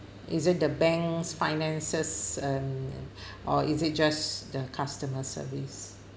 is it the bank'